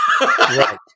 right